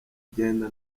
genda